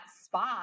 spot